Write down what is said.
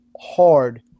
hard